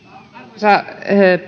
arvoisa